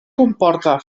comporta